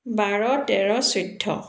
বাৰ তেৰ চৈধ্য